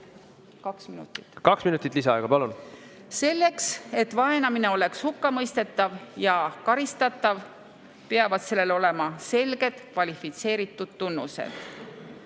kaks minutit lisaaega. Kaks minutit lisaaega, palun! Selleks et vaenamine oleks hukkamõistetav ja karistatav, peavad sellel olema selged kvalifitseeritud tunnused.